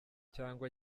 cyangwa